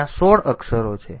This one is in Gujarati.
તેથી ત્યાં 16 અક્ષરો છે